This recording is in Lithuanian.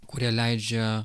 kurie leidžia